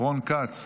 רון כץ,